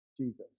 Jesus